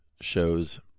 shows